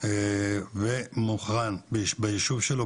ומוכן בישוב שלו,